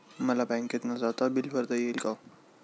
मला बँकेत न जाता बिले भरता येतील का?